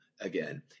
again